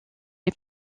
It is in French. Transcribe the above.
est